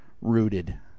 rooted